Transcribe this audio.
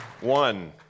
one